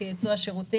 כי ייצוא השירותים